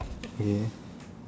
okay